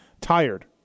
tired